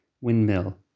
Windmill